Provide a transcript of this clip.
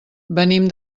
venim